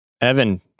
Evan